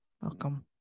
welcome